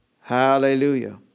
Hallelujah